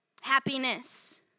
Happiness